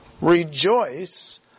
Rejoice